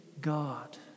God